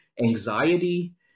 anxiety